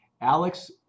Alex